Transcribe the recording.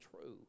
true